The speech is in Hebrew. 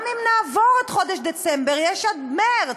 גם אם נעבור את חודש דצמבר, יש עד מרס